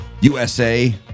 USA